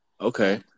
Okay